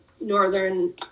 Northern